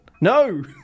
No